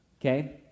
Okay